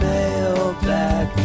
Mailbag